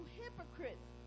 hypocrites